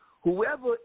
Whoever